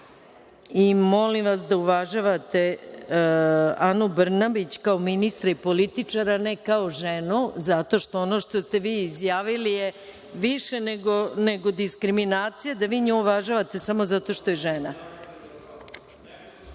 vas da uvažavate Anu Brnabić kao ministra i političara, a ne kao ženu, zato što ono što ste vi izjavili je više nego diskriminacija, da vi nju uvažavate samo zato što je